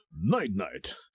Night-night